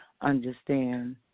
understand